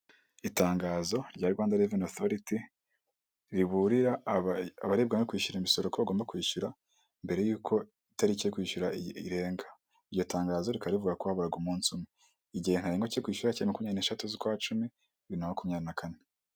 Aho abagenzi bicara bari kuruhuka harimo abagenzi hubakishije ibyuma hariho n'intebe bicayeho mu muhanda harimo abantu bari kugenda hirya hari ikizu kinini cya etaje giteye amarangi y'umuhondo hejuru hariho n'ikigega.